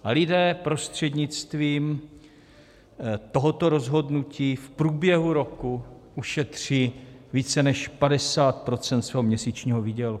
A lidé prostřednictvím tohoto rozhodnutí v průběhu roku ušetří více než 50 % svého měsíčního výdělku.